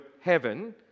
heaven